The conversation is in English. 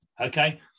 Okay